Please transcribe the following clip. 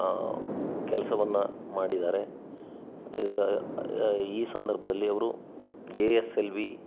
ಕೆಲ್ಸವನ್ನು ಮಾಡಿದ್ದಾರೆ ಇದರ ಈ ಸಂದರ್ಭದಲ್ಲಿ ಅವರು ಎ ಎಸ್ ಎಲ್ ವಿ